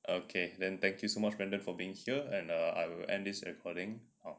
okay then thank you so much brandon for being here and I will end this recording